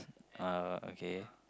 uh okay